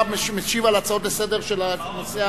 אתה משיב על הצעות לסדר-היום בנושא הבא.